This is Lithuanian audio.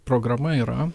programa yra